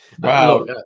Wow